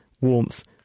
warmth